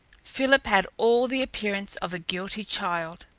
philip had all the appearance of a guilty child.